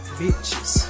bitches